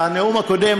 בנאום הקודם,